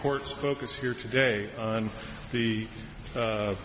court's focus here today on the